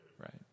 right